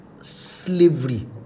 slavery